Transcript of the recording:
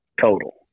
total